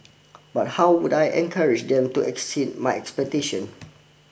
but how would I encourage them to exceed my expectation